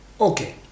Okay